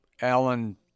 Alan